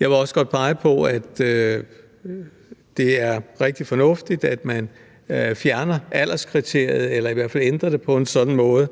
Jeg vil også godt pege på, at det er rigtig fornuftigt, at man fjerner alderskriteriet eller i hvert fald ændrer det på en sådan måde,